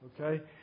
Okay